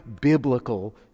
biblical